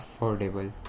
affordable